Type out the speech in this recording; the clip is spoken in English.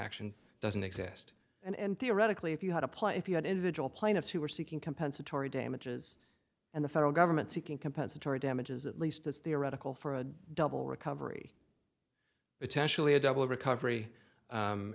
action doesn't exist and theoretically if you had applied if you had individual plaintiffs who were seeking compensatory damages and the federal government seeking compensatory damages at least as theoretical for a double recovery potentially a double recovery